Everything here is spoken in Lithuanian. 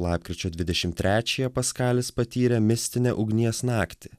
lapkričio dvidešim trečiąją paskalis patyrė mistinę ugnies naktį